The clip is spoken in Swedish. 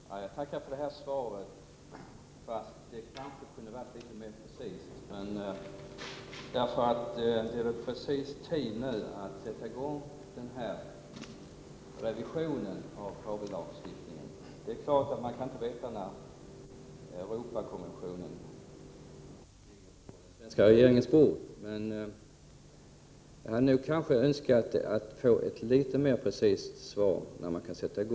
Herr talman! Jag tackar för detta svar, fast det kanske kunde ha varit mera precist. Det är väl tid nu att sätta i gång med denna revision av kabel-TV lagstiftningen. Man kan naturligtvis inte veta när Europakonventionen ligger på den svenska regeringens bord, men jag hade nog önskat att få ett litet mer precist svar på när man kan sätta i gång.